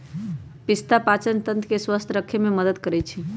पिस्ता पाचनतंत्र के स्वस्थ रखे में मदद करई छई